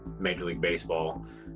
major league baseball.